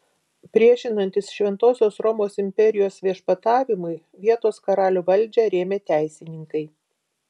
priešinantis šventosios romos imperijos viešpatavimui vietos karalių valdžią rėmė teisininkai